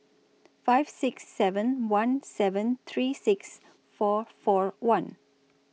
five six seven one seven three six four four one